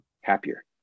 happier